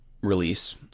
release